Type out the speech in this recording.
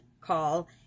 call